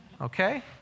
Okay